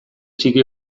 txiki